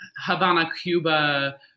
Havana-Cuba